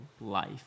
life